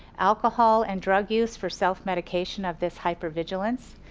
alcohol, and drug use for self-medication of this hyper-vigilance.